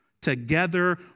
together